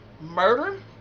murder